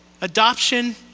Adoption